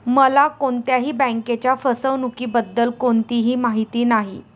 मला कोणत्याही बँकेच्या फसवणुकीबद्दल कोणतीही माहिती नाही